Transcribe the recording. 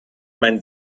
man